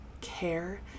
care